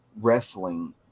wrestling